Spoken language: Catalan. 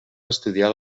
estudiar